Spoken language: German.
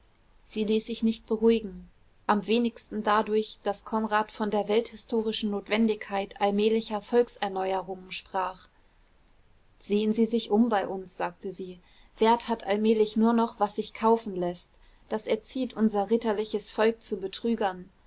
sie ließ sich nicht beruhigen am wenigsten dadurch daß konrad von der welthistorischen notwendigkeit allmählicher volkserneuerungen sprach sehen sie sich um bei uns sagte sie wert hat allmählich nur noch was sich kaufen läßt das erzieht unser ritterliches volk zu betrügern